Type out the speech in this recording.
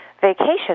vacation